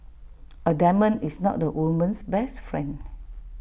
A diamond is not A woman's best friend